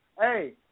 Hey